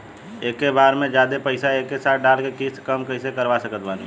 एके बार मे जादे पईसा एके साथे डाल के किश्त कम कैसे करवा सकत बानी?